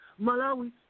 Malawi